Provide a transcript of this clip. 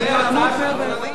זה הצעה של משרד האוצר,